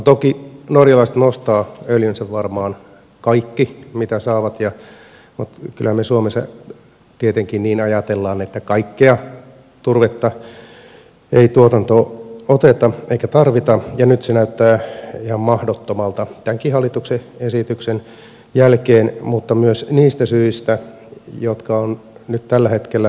no toki norjalaiset nostavat varmaan kaiken öljynsä minkä saavat mutta kyllähän me suomessa tietenkin niin ajattelemme että kaikkea turvetta ei tuotantoon oteta eikä tarvita ja nyt se näyttää ihan mahdottomalta tämänkin hallituksen esityksen jälkeen mutta myös niistä syistä jotka ovat nyt tällä hetkellä tässä lupamenettelyssä